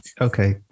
okay